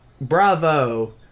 bravo